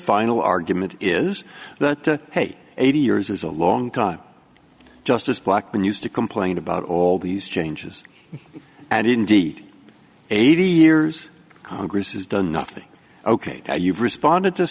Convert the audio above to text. final argument is that the hate eighty years is a long time justice blackmun used to complain about all these changes and indeed eighty years congress has done nothing ok you've responded to